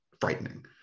frightening